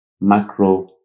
macro